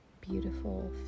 beautiful